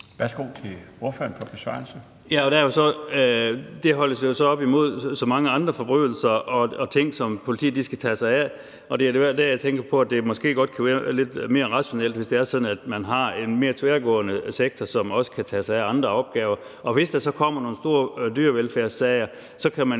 Værsgo til ordføreren for besvarelsen. Kl. 18:39 Per Larsen (KF): Det skal jo så holdes op imod så mange andre forbrydelser og ting, som politiet skal tage sig af, og jeg tænker da hver dag på, at det måske godt kan være lidt mere rationelt, hvis det er sådan, at man har en mere tværgående sektor, som også kan tage sig af andre opgaver. Hvis der så kommer nogle store dyrevelfærdssager, kan man